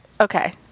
okay